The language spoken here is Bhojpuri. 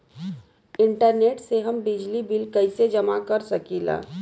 इंटरनेट से हम बिजली बिल कइसे जमा कर सकी ला?